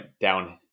down